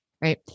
right